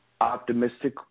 optimistic